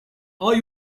are